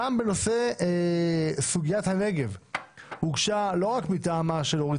גם בנושא סוגיית הנגב הוגשה לא רק מטעמה של אורית